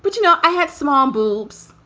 but you know, i had small boobs.